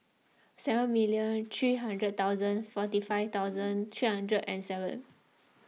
seven million three hundred thousand forty five thousand three hundred and seven